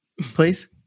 Please